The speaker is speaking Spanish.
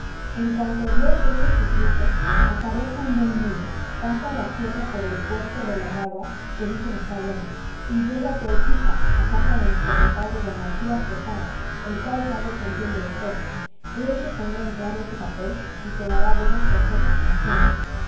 en cuanto dios eche sus luces apareja un buen mulo pasa la sierra por el puerto de la ragua que dicen está bueno y llégate a ugíjar a casa de nuestro compadre d matías quesada el cual sabes entiende de todo el te pondrá en claro ese papel y te dará buenos consejos como siempre